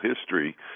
history